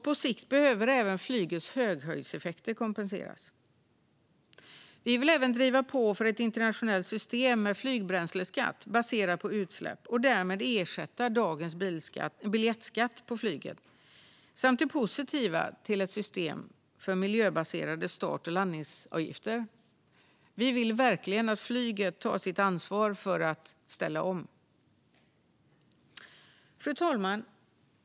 På sikt behöver även flygets höghöjdseffekter kompenseras. Vi vill även driva på för ett internationellt system med flygbränsleskatt baserat på utsläpp och därmed ersätta dagens biljettskatt på flyget. Vi är även positiva till ett system för miljöbaserade start och landningsavgifter. Vi vill verkligen att flyget tar sitt ansvar för att ställa om. Fru talman!